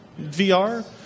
VR